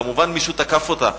כמובן מישהו תקף אותה.